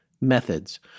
Methods